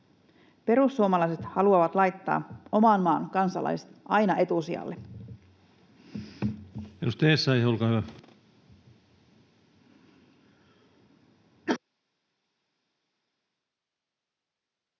Perussuomalaiset haluavat laittaa oman maan kansalaiset aina etusijalle.